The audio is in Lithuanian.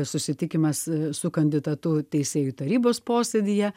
susitikimas su kandidatu teisėjų tarybos posėdyje